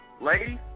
ladies